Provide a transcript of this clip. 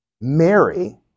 Mary